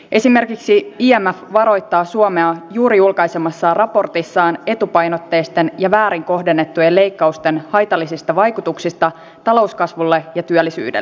esimerkiksi imf varoittaa suomea juuri julkaisemassaan raportissa etupainotteisten ja väärin kohdennettujen leikkausten haitallisista vaikutuksista talouskasvuun ja työllisyyteen